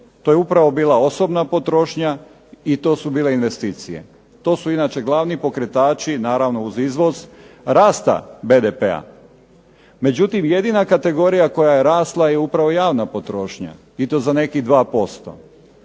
to je upravo bila osobna potrošnja i to su bile investicije. To su inače glavni pokretači, naravno iz izvoz rasta BDP-a. Međutim jedina kategorija je rasla je upravo javna potrošnja, i to za nekih 2%,